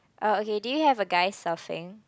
oh okay did you have a guy surfing